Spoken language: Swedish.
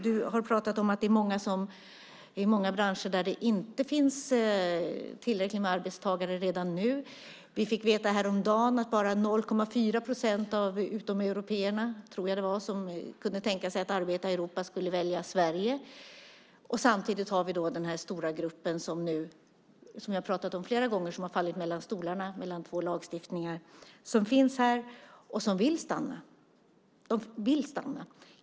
Du har pratat om att det är många branscher där det redan nu inte finns tillräckligt många arbetstagare. Vi fick veta häromdagen att bara 0,4 procent av de utomeuropéer som kunde tänka sig att arbeta i Europa skulle välja Sverige. Samtidigt har vi den stora grupp som har fallit mellan stolarna, mellan två lagstiftningar, som vi har pratat om flera gånger. De finns här och vill stanna.